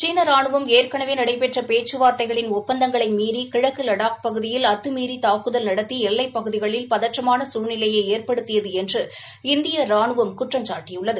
சீன ராணுவம் ஏற்கனவே நடைபெற்ற பேச்சுவார்தைகளின் ஒப்பந்தங்களை மீறி கிழக்கு லடாக் பகுதியில் அத்துமீறி தாக்குதல் நடத்தி எல்லைப் பகுதிகளில் பதற்றமான சூழ்நிலையை எற்படுத்தியது என்று இந்திய ராணுவம் குற்றம்சாட்டியது